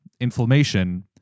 inflammation